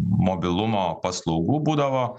mobilumo paslaugų būdavo